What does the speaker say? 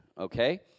okay